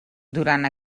durant